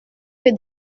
que